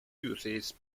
uses